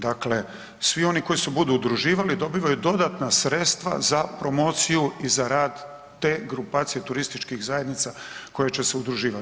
Dakle, svi oni koji se budu udruživali dobivaju dodatna sredstva za promociju i za rad te grupacije turističkih zajednica koje će se udruživati.